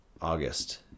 August